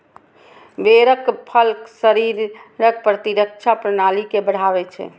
बेरक फल शरीरक प्रतिरक्षा प्रणाली के बढ़ाबै छै